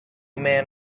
man